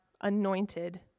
anointed